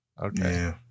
Okay